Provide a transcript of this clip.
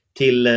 till